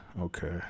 Okay